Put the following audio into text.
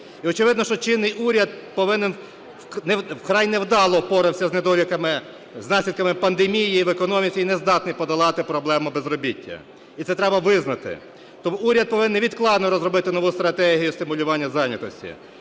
очевидно, що чинний уряд вкрай невдало впорався з недоліками, з наслідками пандемії в економіці і не здатний подолати проблему безробіття, і це треба визнати, тобто уряд повинен невідкладно розробити нову стратегію стимулювання зайнятості.